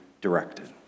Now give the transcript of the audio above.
directed